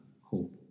hope